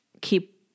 keep